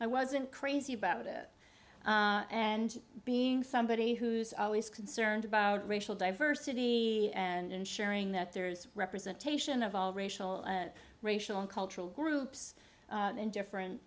i wasn't crazy about it and being somebody who's always concerned about racial diversity and ensuring that there's representation of all racial and racial cultural groups in different